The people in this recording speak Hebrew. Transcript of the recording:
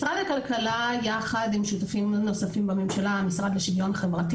משרד הכלכלה יחד עם שותפים נוספים בממשלה המשרד לשוויון חברתי